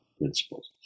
principles